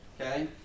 Okay